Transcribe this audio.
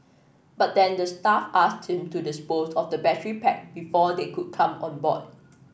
but then the staff asked him to dispose of the battery pack before they could come on board